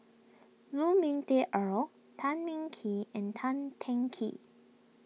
Lu Ming Teh Earl Tan Ming Kee and Tan Teng Kee